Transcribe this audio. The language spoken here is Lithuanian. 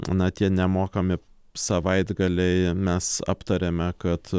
na tie nemokami savaitgaliai mes aptarėme kad